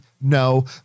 No